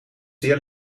zeer